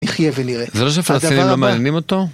נחיה ונראה. זה לא שפלסטינים לא מעניינים אותו?